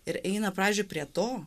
ir eina pradžioj prie to